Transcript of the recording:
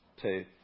Two